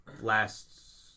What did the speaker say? last